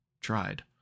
tried